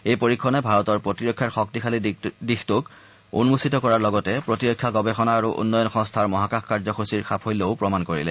এই পৰীক্ষণে ভাৰতৰ প্ৰতিৰক্ষাৰ শক্তিশালী দিশটোক উন্মোচিত কৰাৰ লগতে প্ৰতিৰক্ষা গৱেষণা আৰু উন্নয়ন সংস্থাৰ মহাকাশ কাৰ্য্যসূচীৰ সাফল্যও প্ৰমাণ কৰিলে